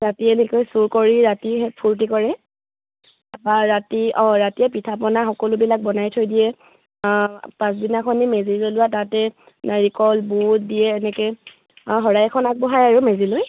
ৰাতি এনেকৈ চুৰ কৰি ৰাতি ফূৰ্তি কৰে ৰাতি অঁ ৰাতিয়ে পিঠা পনা সকলোবিলাক বনাই থৈ দিয়ে পাছদিনাখন মেজি জ্বলোৱা তাতে নাৰিকল বুট দিয়ে এনেকৈ শৰাই এখন আগবঢ়ায় আৰু মেজিলৈ